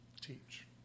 teach